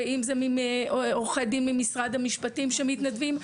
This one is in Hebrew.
ואם זה מעורכי דין ממשרד המשפטים שמתנדבים,